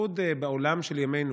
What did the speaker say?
בייחוד בעולם של ימנו,